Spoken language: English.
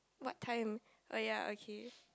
what time oh ya okay